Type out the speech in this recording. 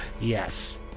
Yes